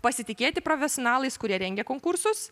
pasitikėti profesionalais kurie rengia konkursus